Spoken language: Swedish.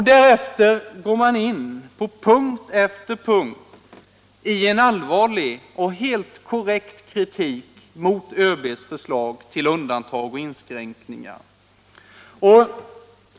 Därefter går man på punkt efter punkt in i en allvarlig och helt korrekt kritik mot ÖB:s förslag till undantag och inskränkningar.